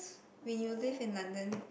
when you live in London